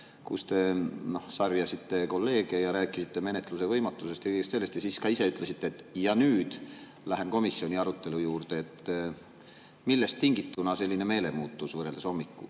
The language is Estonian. kus te sarjasite kolleege ja rääkisite menetluse võimatusest ja kõigest sellest ja siis ka ise ütlesite: "Ja nüüd lähen komisjoni arutelu juurde." Millest on tingitud selline meelemuutus võrreldes istungi